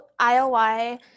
IOI